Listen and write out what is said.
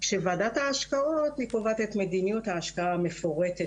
כשוועדת ההשקעות קובעת את מדיניות ההשקעה המפורטת